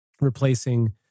replacing